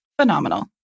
Phenomenal